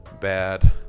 bad